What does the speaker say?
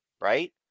right